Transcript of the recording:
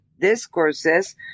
discourses